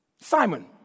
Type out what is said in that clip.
Simon